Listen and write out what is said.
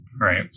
Right